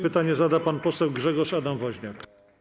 Pytanie zada pan poseł Grzegorz Adam Woźniak.